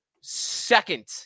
second